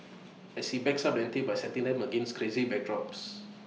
but he ups the ante by setting them against crazy backdrops